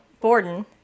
Borden